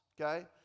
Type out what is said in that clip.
okay